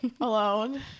alone